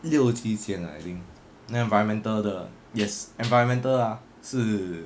六七千 ah I think then environmental 的 yes environmental ah 是